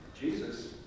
Jesus